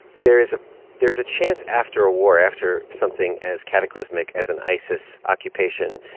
there's a there's a chance after a war, after something as cataclysmic as an isis occupation,